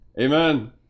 Amen